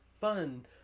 fun